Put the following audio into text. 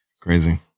Crazy